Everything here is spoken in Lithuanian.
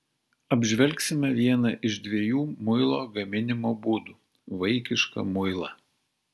apžvelgsime vieną iš dviejų muilo gaminimo būdų vaikišką muilą